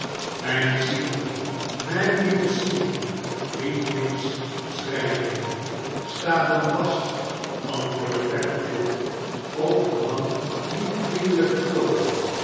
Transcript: mijn simon mijn lieve simon riep miggs schreiende sta dan vast antwoordde tappertit op een w met vriendehjken toon